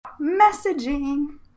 Messaging